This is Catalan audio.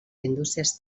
indústries